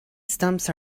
stumps